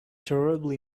terribly